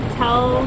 tell